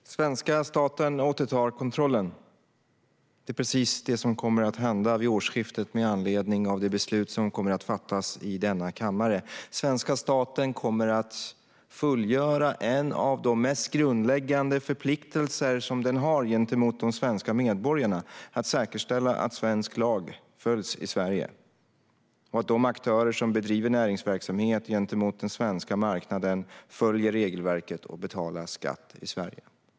Herr talman! Svenska staten återtar kontrollen. Det är precis vad som kommer att hända vid årsskiftet med anledning av det beslut som kommer att fattas i denna kammare. Svenska staten kommer att fullgöra en av de mest grundläggande förpliktelser den har gentemot de svenska medborgarna - att säkerställa att svensk lag följs i Sverige och att de aktörer som bedriver näringsverksamhet gentemot den svenska marknaden följer regelverket och betalar skatt i Sverige.